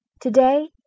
Today